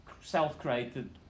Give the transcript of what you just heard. self-created